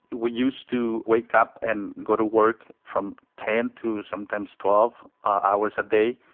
we used to wake up and go to work from ten to sometimes twelve ah hours a day.